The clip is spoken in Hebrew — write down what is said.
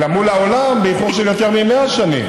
אלא מול העולם היא באיחור של יותר מ-100 שנים.